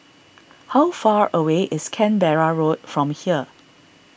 how far away is Canberra Road from here